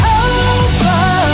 over